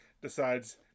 decides